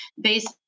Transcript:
based